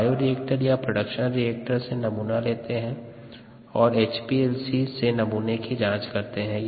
bioreactor या production reactor से नमूना लेते है और एचपीएलसी से नमूने की जाँच करते है